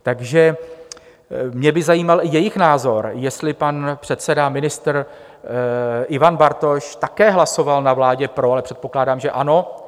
Takže mě by zajímal i jejich názor, jestli pan předseda a ministr Ivan Bartoš také hlasoval na vládě pro, ale předpokládám, že ano.